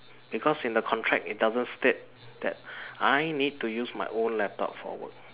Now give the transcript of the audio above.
because in the contract it doesn't state that I need to use my own laptop for work